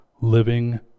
living